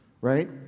right